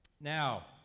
Now